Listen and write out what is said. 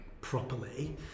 properly